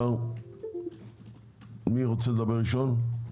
מי רוצה לדבר ראשון?